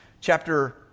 Chapter